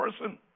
person